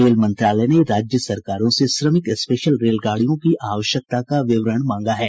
rail मंत्रालय ने राज्य सरकारों से श्रमिक स्पेशल रेलगाडियों की आवश्यकता का विवरण मांगा है